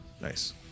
Nice